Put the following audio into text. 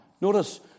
Notice